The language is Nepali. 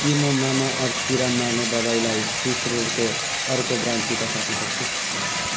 के म मामाअर्थ किरा मार्ने दबाईलाई स्विस रोलको अर्को ब्रान्डसित साट्न सक्छु